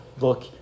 look